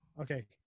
Okay